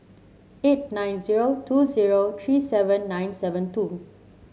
eight nine zero two zero three seven nine seven two